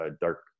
dark